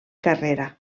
carrera